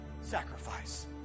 sacrifice